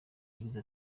yagize